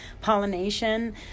pollination